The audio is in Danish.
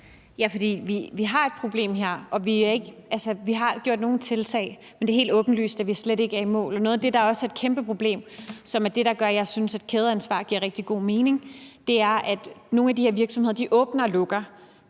Ja, for vi har et problem her, og vi har taget nogle tiltag, men det er helt åbenlyst, at vi slet ikke er i mål. Noget af det, der også er et kæmpeproblem, og som er det, der gør, at jeg synes, at kædeansvar giver rigtig god mening, er, at nogle af de her virksomheder åbner og lukker,